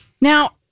Now